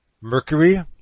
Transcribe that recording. Mercury